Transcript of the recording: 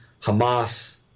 Hamas